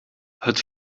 het